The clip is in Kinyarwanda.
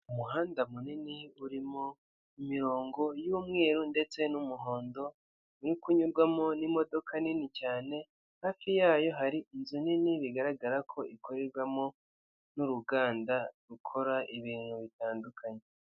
Umuhanda munini urimo imirongo y'umweru ndetse n'umuhondo, uri kunyurwamo imodoka nini cyane. Hafi yaho hari inzu nini biragaragara ko ikorerwamo n'uruganda rukora ibintu bitandukanye.